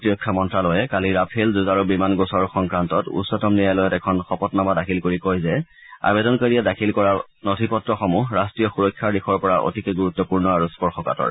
প্ৰতিৰক্ষা মন্তালয়ে কালি ৰাফেল যুঁজাৰু বিমান গোচৰ সংক্ৰান্তত উচ্চতম ন্যায়ালয়ত এখন শপতনামা দাখিল কৰি কয় যে আবেদনকাৰীয়ে দাখিল কৰা নথি পত্ৰসমূহ ৰাষ্ট্ৰীয় সুৰক্ষাৰ দিশৰ পৰা অতিকে গুৰুত্বপূৰ্ণ আৰু স্পৰ্শকাতৰ